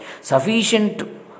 Sufficient